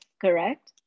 correct